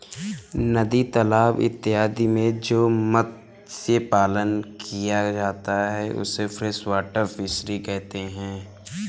नदी तालाब इत्यादि में जो मत्स्य पालन किया जाता है उसे फ्रेश वाटर फिशरी कहते हैं